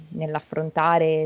nell'affrontare